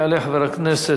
יעלה חבר הכנסת